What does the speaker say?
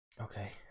Okay